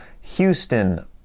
Houston